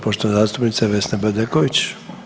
Poštovana zastupnica Vesna Bedeković.